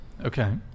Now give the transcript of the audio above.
okay